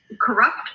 corrupt